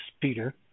Peter